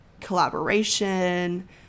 collaboration